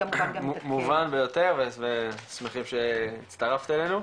מובן ביותר ואנחנו שמחים שהצטרפת אלינו.